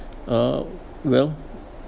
uh well